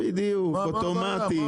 בדיוק, אוטומטית.